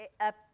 up